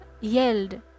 yelled